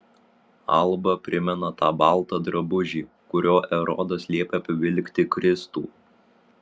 alba primena tą baltą drabužį kuriuo erodas liepė apvilkti kristų